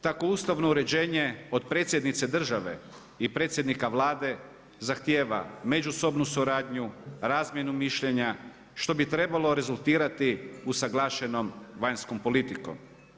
Tako ustavno uređenje od predsjednice države i predsjednika Vlade zahtijeva međusobnu suradnju, razmjenu mišljenja što bi trebalo rezultirati usaglašenom vanjskom politikom.